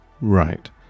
right